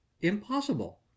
Impossible